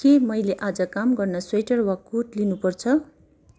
के मैले आज काम गर्न स्वेटर वा कोट लिनुपर्छ